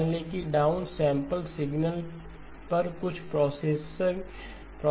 मान लें कि डाउन सैंपल सिग्नल पर कुछ प्रोसेसिंग हो रही है